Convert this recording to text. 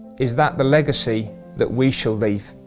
is that the legacy that we shall leave?